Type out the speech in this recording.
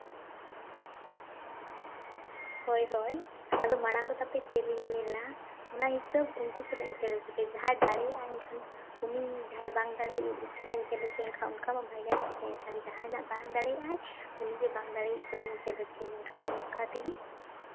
ᱦᱳᱭ ᱦᱳᱭ ᱟᱫᱚ ᱢᱟᱬᱟᱝ ᱫᱚ ᱛᱟᱯᱮ ᱠᱷᱮᱞᱤᱧ ᱧᱮᱞᱟ ᱚᱱᱟ ᱦᱤᱥᱟᱹᱵᱽ ᱩᱱᱠᱩ ᱥᱟᱞᱟᱜ ᱤᱧ ᱠᱷᱮᱞ ᱦᱚᱪᱚ ᱯᱮᱭᱟ ᱡᱟᱦᱟᱸᱭ ᱫᱟᱲᱮᱭᱟᱜᱼᱟᱭ ᱮᱱᱠᱷᱟᱱ ᱩᱱᱤ ᱡᱟᱦᱟᱸᱭ ᱵᱟᱝ ᱫᱟᱲᱮᱭᱤᱡ ᱩᱱᱤ ᱥᱟᱞᱟᱜ ᱤᱧ ᱠᱷᱮᱞ ᱦᱚᱪᱚᱭᱮᱭᱟ ᱮᱱᱠᱷᱟᱱ ᱚᱱᱠᱟ ᱢᱟ ᱵᱟᱭ ᱜᱟᱱᱚᱜᱼᱟ ᱥᱮ ᱮᱱᱠᱷᱟᱱ ᱡᱟᱦᱟᱸᱭ ᱱᱟᱜ ᱵᱟᱝ ᱫᱟᱲᱮᱭᱟᱜᱼᱟᱭ ᱩᱱᱤ ᱜᱮ ᱵᱟᱝ ᱫᱟᱲᱮᱭᱤᱡ ᱥᱟᱞᱟᱜ ᱤᱧ ᱠᱷᱮᱞ ᱦᱚᱪᱚᱭᱮᱭᱟ ᱮᱱᱠᱷᱟᱱ ᱚᱱᱠᱟ ᱛᱮᱜᱮ